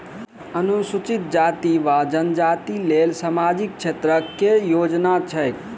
अनुसूचित जाति वा जनजाति लेल सामाजिक क्षेत्रक केँ योजना छैक?